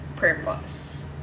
purpose